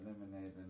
eliminating